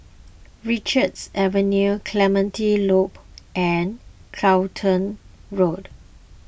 Richards Avenue Clementi Loop and Clacton Road